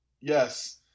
Yes